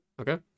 okay